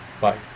Bye